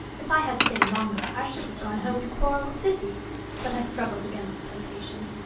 if i had stayed longer i should have gone home to quarrel with cissy but i struggled against the temptation.